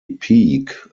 peak